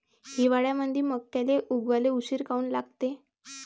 हिवाळ्यामंदी मक्याले उगवाले उशीर काऊन लागते?